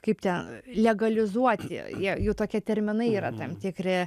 kaip ten legalizuoti jie jų tokie terminai yra tam tikri